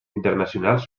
internacionals